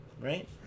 right